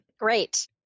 Great